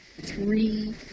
three